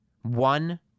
One